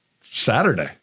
Saturday